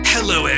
Hello